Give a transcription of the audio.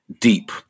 deep